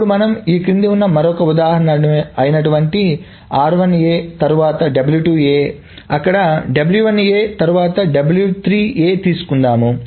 ఇప్పుడుమనము ఈ క్రింది ఉన్న మరొక ఉదాహరణ తరువాత అక్కడ తరువాత తీసుకుందాం